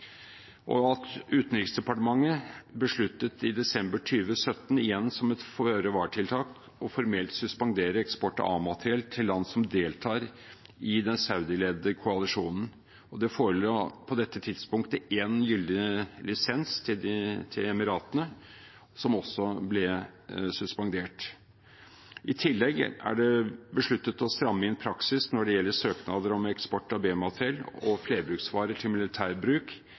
Utenriksdepartementet besluttet i desember 2017, igjen som et føre var-tiltak, formelt å suspendere eksport av A-materiell til land som deltar i den saudiledede koalisjonen. Det forelå på dette tidspunktet én gyldig lisens til De forente arabiske emirater, som også ble suspendert. I tillegg er det besluttet å stramme inn praksisen når det gjelder søknader om eksport av B-materiell og flerbruksvarer til